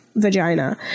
vagina